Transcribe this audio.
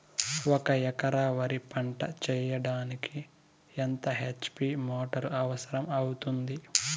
ఒక ఎకరా వరి పంట చెయ్యడానికి ఎంత హెచ్.పి మోటారు అవసరం అవుతుంది?